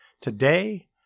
Today